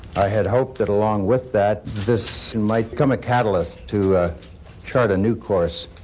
i had hoped that, along with that, this might become a catalyst to chart a new course,